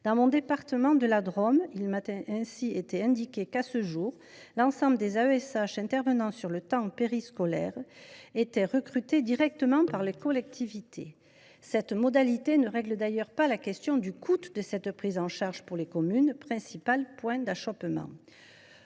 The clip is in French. Dans mon département de la Drôme, il m’a ainsi été indiqué que, à ce jour, l’ensemble des AESH intervenant sur le temps périscolaire étaient recrutés directement par les collectivités. Cette modalité ne règle d’ailleurs pas la question du coût de cette prise en charge pour les communes, qui reste le principal point d’achoppement.